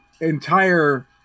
entire